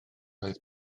oedd